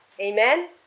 Amen